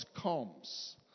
comes